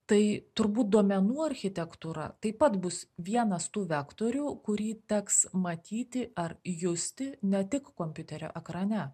tai turbūt duomenų architektūra taip pat bus vienas tų vektorių kurį teks matyti ar justi ne tik kompiuterio ekrane